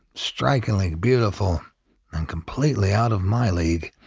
strikingly beautiful and completely out of my league.